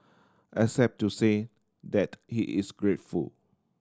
except to say that he is grateful